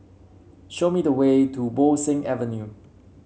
show me the way to Bo Seng Avenue